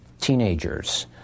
teenagers